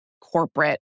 corporate